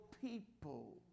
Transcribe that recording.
people